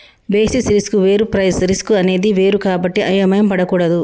basis risk వేరు price risk అనేది వేరు కాబట్టి అయోమయం పడకూడదు